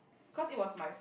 cause it was my